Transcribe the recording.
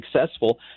successful